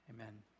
Amen